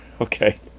Okay